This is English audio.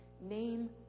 name